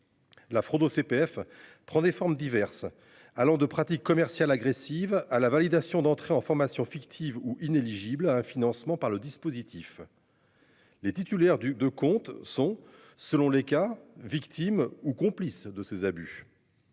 La fraude au CPF prend des formes diverses allant de pratiques commerciales agressives à la validation d'entrer en formation fictive ou inéligible à un financement par le dispositif.-- Les titulaires du de comptes sont selon les cas, victime ou complice de ces abus.--